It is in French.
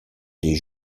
des